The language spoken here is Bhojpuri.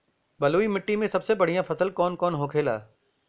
बलुई मिट्टी में सबसे बढ़ियां फसल कौन कौन होखेला?